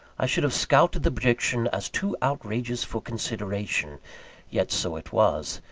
i should have scouted the prediction as too outrageous for consideration yet so it was.